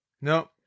No